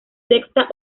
secta